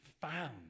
found